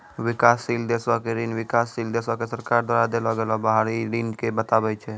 विकासशील देशो के ऋण विकासशील देशो के सरकार द्वारा देलो गेलो बाहरी ऋण के बताबै छै